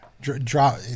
drop